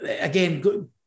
again